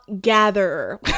gatherer